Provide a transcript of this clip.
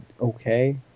okay